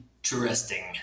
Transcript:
interesting